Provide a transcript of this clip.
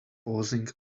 pausing